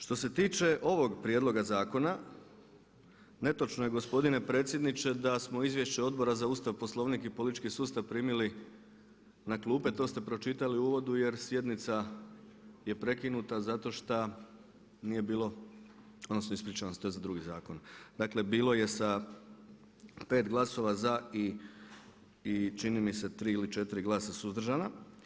Što se tiče ovog prijedloga zakona, netočno je gospodine predsjedniče, da smo izvješće Odbora za Ustav, Poslovnik i politički sustav primili na klupe, to ste pročitali u uvodu jer sjednica je prekinuta zato šta nije bilo, odnosno ispričavam se, to je za drugi zakon, dakle bilo je sa 5 glasova za i čini mi se 3 ili 4 glasa suzdržana.